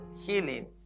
healing